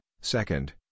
Second